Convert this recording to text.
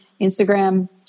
Instagram